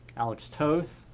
alex toth.